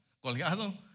colgado